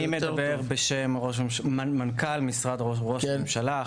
אני מדבר בשם מנכ"ל משרד ראש הממשלה.